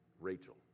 Rachel